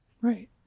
Right